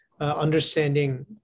understanding